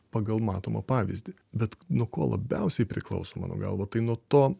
pagal matomą pavyzdį bet nuo ko labiausiai priklauso mano galva tai nuo to